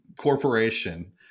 corporation